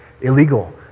illegal